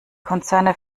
konzerne